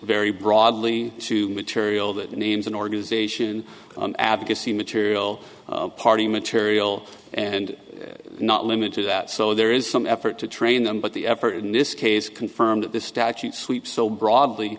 very broadly to material that names an organization an advocacy material party material and not limit to that so there is some effort to train them but the effort in this case confirmed this statute sweeps so broadly